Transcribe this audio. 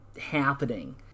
happening